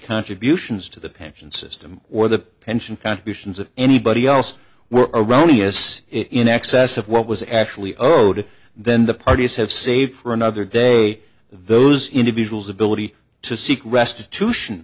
contributions to the pension system or the pension contributions of anybody else were erroneous in excess of what was actually owed then the parties have saved for another day those individuals ability to seek restitution